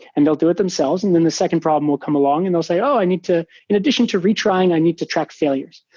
and they'll do it themselves. and then the second problem will come along and they'll say, oh! i need to in addition to retrying, i need to track failures.